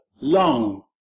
long